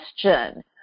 question